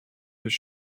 this